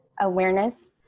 awareness